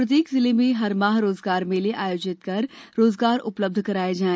प्रत्येक जिले में हर माह रोजगार मेले आयोजित कर रोजगार उपलब्ध कराया जाए